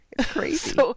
crazy